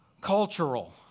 cultural